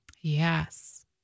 yes